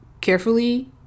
carefully